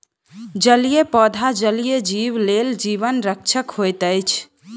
जलीय पौधा जलीय जीव लेल जीवन रक्षक होइत अछि